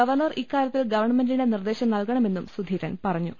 governor ഇക്കാര്യത്തിൽ ഗവൺമെന്റിന് നിർദേശം നൽകണമെന്നും സുധീരൻ പറഞ്ഞു